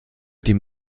dem